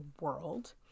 world